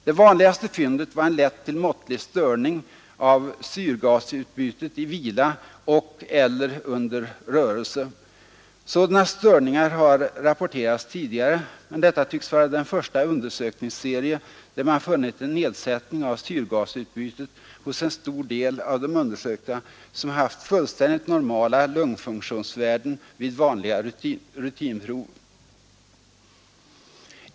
Det vanligaste fyndet var en lätt till måttlig störning av syrgasutbytet i vila och/eller under rörelse. Sådana störningar har rapporterats tidigare, men detta tycks vara den första undersökningsserie där man funnit en nedsättning av syrgasutbytet hos en stor del av de undersökta som haft fullständigt normala lungfunktionsvärden vid vanliga rutinprov.